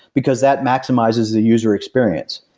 because that maximizes the user experience.